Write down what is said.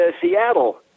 Seattle